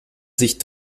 sich